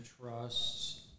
trusts